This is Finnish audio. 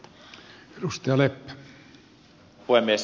herra puhemies